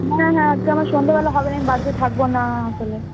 হ্যাঁ হ্যাঁ আজকে আমার সন্ধেবেলা হবে না আমি বাড়িতে থাকবো না আসলে